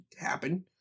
happen